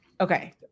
Okay